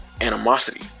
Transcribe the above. animosity